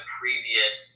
previous